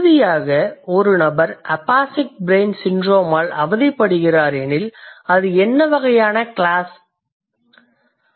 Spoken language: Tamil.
இறுதியாக ஒரு நபர் அபாசிக் ப்ரெய்ன் சிண்ட்ரோமால் அவதிப்படுகிறார் எனில் அது என்ன வகையான க்ளாஸ் ஆகும்